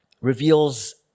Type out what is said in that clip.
reveals